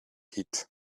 heat